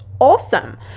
awesome